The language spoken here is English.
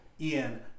Ian